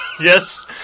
Yes